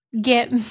get